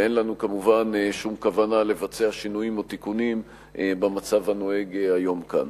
ואין לנו כמובן שום כוונה לבצע שינויים או תיקונים במצב הנוהג היום כאן.